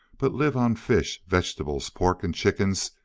but live on fish, vegetables, pork, and chickens,